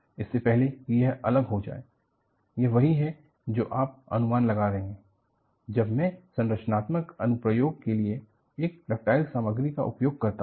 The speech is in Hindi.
इससे पहले कि यह अलग हो जाए यह वही है जो आप अनुमान लगा रहे हैं जब मैं संरचनात्मक अनुप्रयोग के लिए एक डक्टाइल सामग्री का उपयोग करता हूं